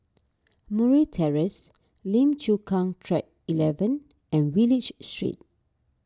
Murray Terrace Lim Chu Kang Track eleven and Wallich Street